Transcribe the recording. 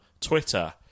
Twitter